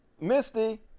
misty